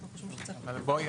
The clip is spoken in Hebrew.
אנחנו חושבים --- אבל בואי,